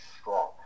strong